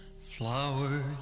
Flowers